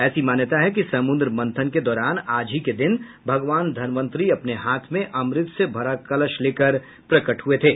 ऐसी मान्यता है कि समुद्र मंथन के दौरान आज ही के दिन भगवान धन्वंतरी अपने हाथ में अमृत से भरा कलश लेकर प्रकट हुये थे